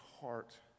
heart